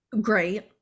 Great